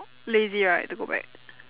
lazy right to go back